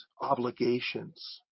obligations